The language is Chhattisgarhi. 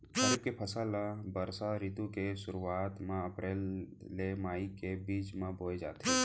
खरीफ के फसल ला बरसा रितु के सुरुवात मा अप्रेल ले मई के बीच मा बोए जाथे